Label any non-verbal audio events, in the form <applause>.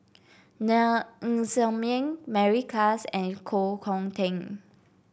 <unintelligible> Ng Ser Miang Mary Klass and Koh Hong Teng